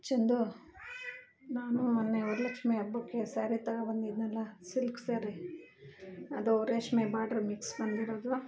ಚಂದು ನಾನು ಮೊನ್ನೆ ವರಲಕ್ಷ್ಮಿ ಹಬ್ಬಕ್ಕೆ ಸ್ಯಾರಿ ತಗೊಬಂದಿದ್ನಲ್ಲ ಸಿಲ್ಕ್ ಸ್ಯಾರಿ ಅದು ರೇಷ್ಮೆ ಬಾರ್ಡ್ರ್ ಮಿಕ್ಸ್ ಬಂದಿರೋದು